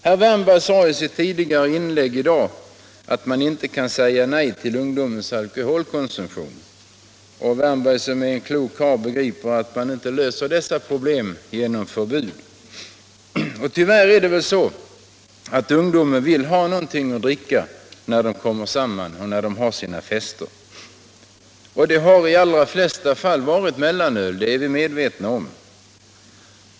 Herr Wärnberg förklarade i sitt anförande att man inte kan säga nej till ungdomens alkoholkonsumtion, och herr Wärnberg som är en klok karl vet att man inte löser dessa problem genom förbud. Tyvärr är det väl så att ungdomar vill ha någonting att dricka när de kommer samman och har sina fester. Det har i de allra flesta fall varit mellanöl, det är vi medvetna om.